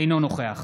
אינו נוכח